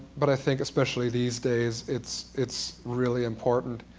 but i think especially these days it's it's really important.